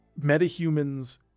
metahumans